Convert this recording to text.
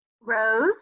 Rose